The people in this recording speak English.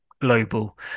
global